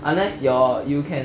unless you're you can